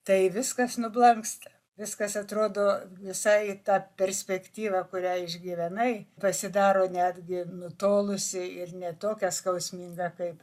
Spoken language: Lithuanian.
tai viskas nublanksta viskas atrodo visai ta perspektyva kurią išgyvenai pasidaro netgi nutolusi ir ne tokia skausminga kaip